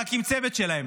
צריך להקים צוות שלהם,